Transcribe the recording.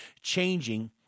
changing